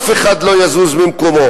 אף אחד לא יזוז ממקומו,